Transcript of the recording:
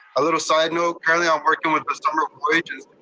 a little side note, currently i'm working with the summer